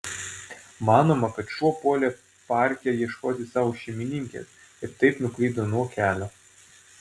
manoma kad šuo puolė parke ieškoti savo šeimininkės ir taip nuklydo nuo kelio